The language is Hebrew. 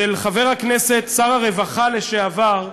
של חבר הכנסת, שר הרווחה לשעבר,